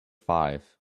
five